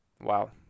wow